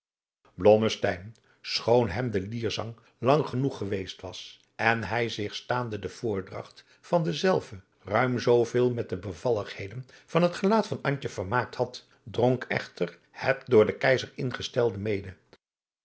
schoon hem de lierzang lang genoeg geweest was en hij zich staande de voordragt van denzelven ruim zooveel met de bevalligheden van het gelaat van antje vermaakt had dronk echter het door den keizer ingestelde mede